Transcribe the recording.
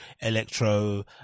electro